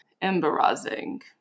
embarrassing